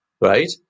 Right